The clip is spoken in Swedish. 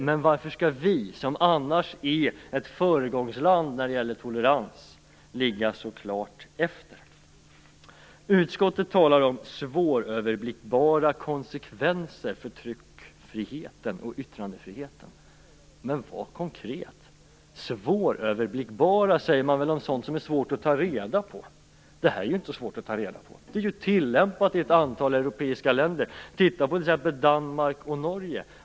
Men varför skall vi, som annars är ett föregångsland när det gäller tolerans, ligga så klart efter? Utskottet talar om svåröverblickbara konsekvenser för tryckfriheten och yttrandefriheten. Men var konkreta! Svåröverblickbara säger man väl om sådant som är svårt att ta reda på. Detta är ju inte svårt att ta reda på. Det är ju tillämpat i ett antal europeiska länder. Titta t.ex. på Danmark och Norge!